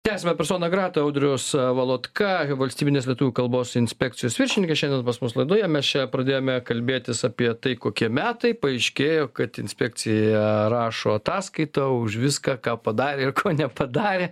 tęsiame persona grata audrius valotka valstybinės lietuvių kalbos inspekcijos viršininkas šiandien pas mus laidoje mes čia pradėjome kalbėtis apie tai kokie metai paaiškėjo kad inspekcija rašo ataskaitą už viską ką padarė ir ko nepadarė